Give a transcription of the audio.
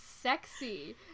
sexy